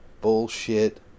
bullshit